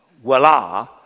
voila